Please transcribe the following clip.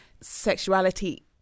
sexuality